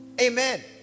Amen